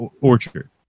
orchard